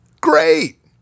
great